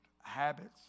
habits